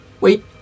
wait